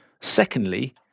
Secondly